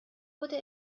wurde